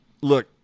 look